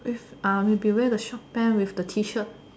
with uh maybe wear the short pant with the T shirt